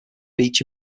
beach